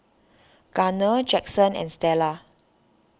Garner Jackson and Stella